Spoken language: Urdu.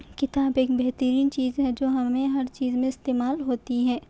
کتاب ایک بہترین چیز ہے جو ہمیں ہر چیز میں استعمال ہوتی ہے